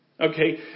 Okay